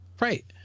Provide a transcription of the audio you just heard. Right